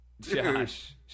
Josh